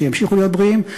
שימשיכו להיות בריאים.